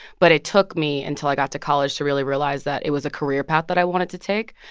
but it took me until i got to college to really realize that it was a career path that i wanted to take.